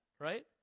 right